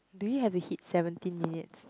do we have to like hit seventeen minutes